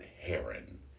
Heron